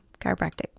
Chiropractic